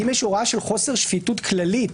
אם יש הוראה של חוסר שפיטות כללית,